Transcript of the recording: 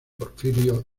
porfirio